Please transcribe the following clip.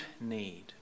need